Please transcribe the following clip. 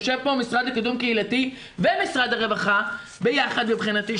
יושב פה המשרד לקידום קהילתי ומשרד הרווחה ביחד מבחינתי,